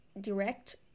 direct